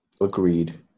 agreed